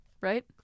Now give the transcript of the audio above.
Right